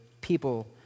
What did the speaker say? people